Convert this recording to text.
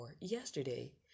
Yesterday